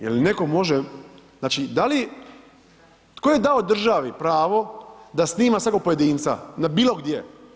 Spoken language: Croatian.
Je li netko može, znači da li, tko je dao državi pravo da snima svakog pojedinca bilo gdje?